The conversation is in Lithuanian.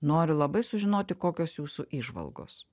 noriu labai sužinoti kokios jūsų įžvalgos